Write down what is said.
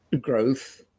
growth